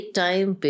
time